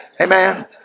amen